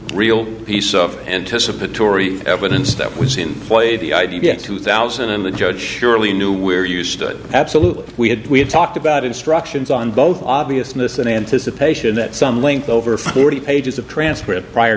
real piece of anticipatory evidence that was in play the idea get two thousand and the judge surely knew where you stood absolutely we had we had talked about instructions on both obviousness and anticipation that some link over forty pages of transcript prior